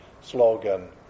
slogan